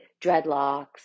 dreadlocks